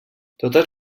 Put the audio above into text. totes